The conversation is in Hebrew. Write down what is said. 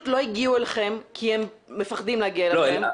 לא הגיעו אליכם כי הם מפחדים להגיע אליכם.